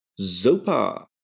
Zopa